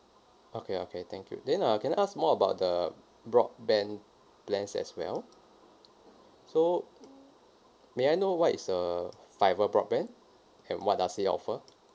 okay okay thank you then uh can I ask more about the broadband plans as well so may I know what is a fibre broadband and what does it offer